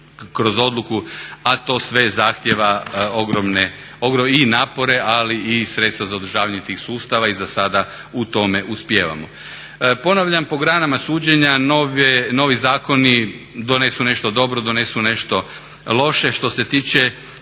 kroz odluku, a to sve zahtijeva ogromne i napore ali i sredstva za održavanje tih sustava. I zasada u tome uspijevamo. Ponavljam, po granama suđenja novi zakoni donesu nešto dobro, donesu nešto loše. Što se tiče